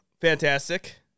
Fantastic